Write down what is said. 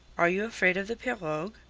are you afraid of the pirogue?